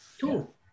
cool